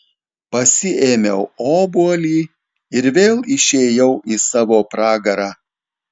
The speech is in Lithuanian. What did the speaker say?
pasiėmiau obuolį ir vėl išėjau į savo pragarą